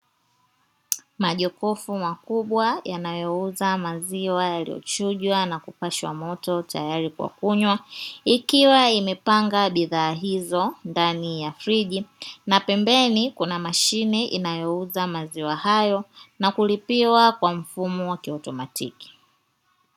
Majokofu makubwa yanayouza maziwa yaliyochujwa na kupashwa moto tayari kwa kunywa ikiwa imepanga bidhaa hizo ndani ya friji, na pembeni kuna mashine inayouza maziwa hayo na kulipiwa kwa mfumo wa kiautomatiki.